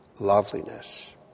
loveliness